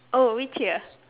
oh which year